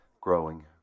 growing